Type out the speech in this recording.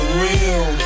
real